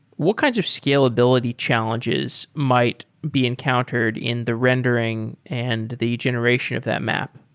what kinds of scalability challenges might be encountered in the rendering and the generation of that map?